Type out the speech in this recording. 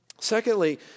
Secondly